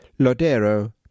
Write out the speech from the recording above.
Lodero